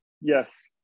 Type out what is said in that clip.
Yes